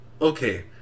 okay